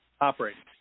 operating